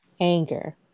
anger